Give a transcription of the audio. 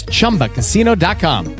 ChumbaCasino.com